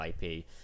IP